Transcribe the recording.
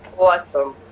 Awesome